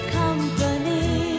company